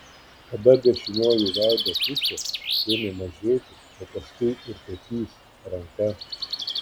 tada dešinioji veido pusė ėmė mažėti o paskui ir petys ranka